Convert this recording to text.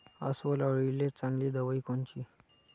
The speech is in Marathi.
अस्वल अळीले चांगली दवाई कोनची?